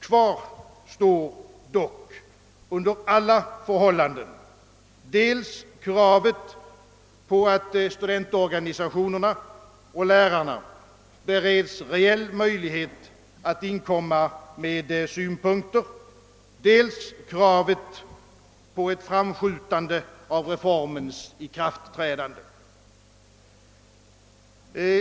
Kvar står dock under alla förhållanden dels kravet att studentorganisationerna och lärarna bereds reell möjlighet att inkomma med synpunkter, dels kravet på ett framskjutande av reformens ikraftträdande.